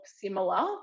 similar